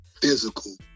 Physical